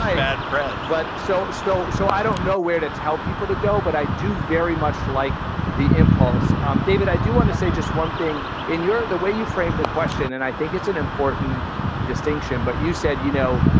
bad press. but so still so i don't know where to tell people to go. but i do very much like the impulse. um david, i do want to say just one thing in your. the way you frame the question. and i think it's an important distinction. but you said, you know,